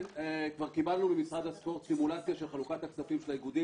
כבר קיבלנו ממשרד הספורט סימולציה של חלוקת הכספים לאיגודים